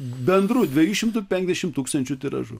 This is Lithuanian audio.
bendru dviejų šimtų penkiasdešimt tūkstančių tiražu